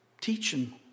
teaching